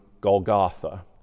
Golgotha